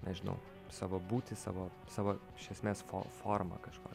nežinau savo būtį savo savo iš esmės fo formą kažkokią